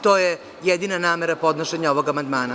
To je jedina namera podnošenja ovog amandmana.